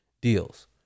deals